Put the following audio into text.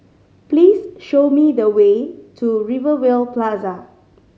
please show me the way to Rivervale Plaza